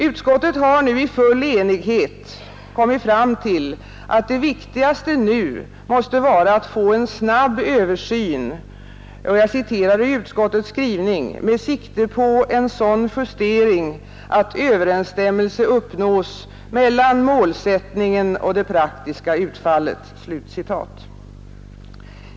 Utskottet har nu i full enighet kommit fram till att det viktigaste nu måste vara att få en snabb översyn — jag citerar ur utskottets skrivning — ”med sikte på en sådan justering att överensstämmelse uppnås mellan målsättningen och det praktiska utfallet”.